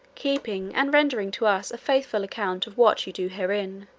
keeping and rendering to us a faithful account of what you do herein.